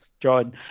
John